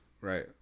Right